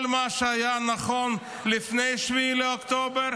כל מה שהיה נכון לפני 7 באוקטובר,